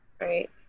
Right